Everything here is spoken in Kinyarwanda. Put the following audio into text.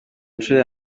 nshuro